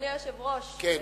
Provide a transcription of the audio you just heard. אדוני היושב-ראש, כן.